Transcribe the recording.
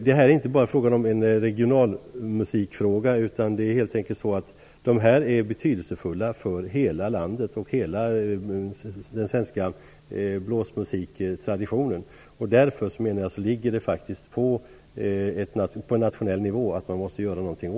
Detta är inte bara en regional musikfråga, utan dessa orkestrar är betydelsefulla för hela landet och för hela den svenska blåsmusiktraditionen. Därför måste man göra någonting åt detta på nationell nivå.